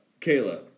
Kayla